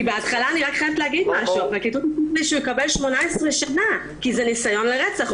בהתחלה הפרקליטות אמרה לי שהוא יקבל 18 שנים בכלא כי זה ניסיון לרצח,